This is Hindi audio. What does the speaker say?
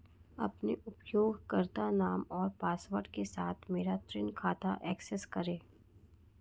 अपने उपयोगकर्ता नाम और पासवर्ड के साथ मेरा ऋण खाता एक्सेस करें